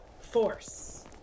force